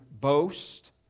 boast